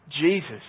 Jesus